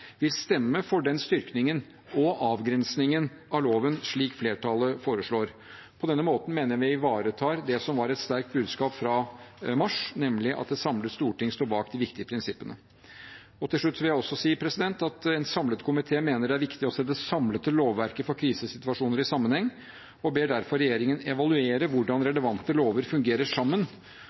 stemme for styrkingen og avgrensningen av loven, slik flertallet foreslår. På denne måten mener vi at vi ivaretar det som var et sterkt budskap fra mars, nemlig at et samlet storting står bak de viktige prinsippene. Til slutt vil jeg også si at en samlet komité mener det er viktig å se det samlede lovverket for krisesituasjoner i sammenheng, og ber derfor regjeringen evaluere hvordan relevante lover fungerer sammen,